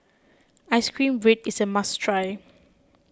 Ice Cream Bread is a must try